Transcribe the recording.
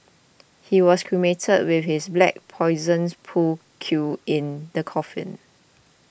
he was cremated with his black Poison pool cue in the coffin